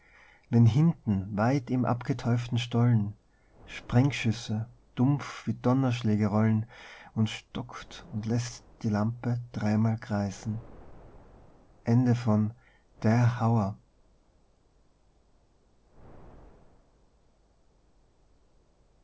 wenn hinten weit im abgeteuften stollen sprengschüsse dumpf wie donnerschläge rollen und stockt und lässt die lampe dreimal kreisen